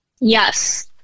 Yes